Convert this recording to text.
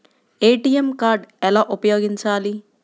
ATM card ఎలా ఉపయోగించాలి?